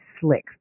slick